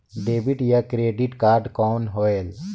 Debit या credit card कौन होएल?